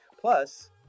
plus